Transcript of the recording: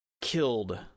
killed